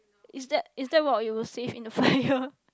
is that is that what you will save in a fire